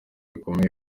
bikomeye